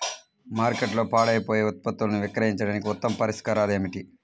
మార్కెట్లో పాడైపోయే ఉత్పత్తులను విక్రయించడానికి ఉత్తమ పరిష్కారాలు ఏమిటి?